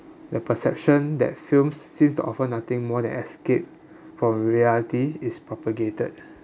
the perception that films seems to offer nothing more than escape from reality is propagated